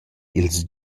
ils